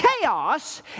chaos